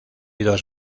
dos